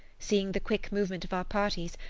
seeing the quick movement of our parties,